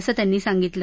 असं त्यांनी सांगितलं